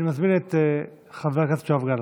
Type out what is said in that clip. אני מזמין את חבר הכנסת יואב גלנט,